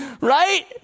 right